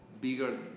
bigger